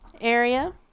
area